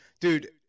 dude